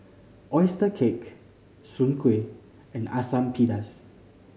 oyster cake Soon Kueh and Asam Pedas